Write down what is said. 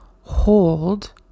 hold